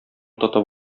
тотып